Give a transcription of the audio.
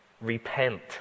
Repent